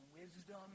wisdom